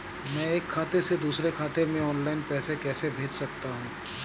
मैं एक खाते से दूसरे खाते में ऑनलाइन पैसे कैसे भेज सकता हूँ?